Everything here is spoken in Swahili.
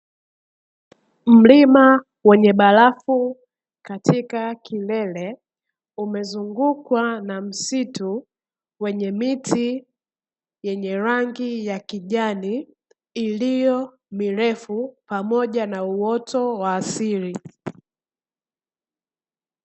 Mlima wenye barafu katika kilele, umezungukwa na msitu wenye miti yenye rangi ya kijani iliyo mirefu pamoja na uwoto wa asili.